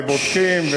ובודקים,